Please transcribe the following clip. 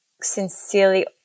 sincerely